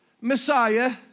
Messiah